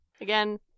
Again